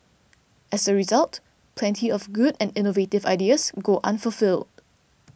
as a result plenty of good and innovative ideas go unfulfilled